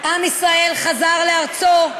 עם ישראל חזר לארצו,